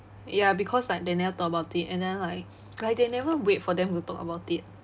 ya because like they never talk about it and then like like they never wait for them to talk about it